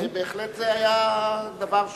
בהחלט זה היה דבר שהיה,